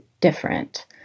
different